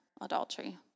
adultery